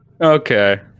Okay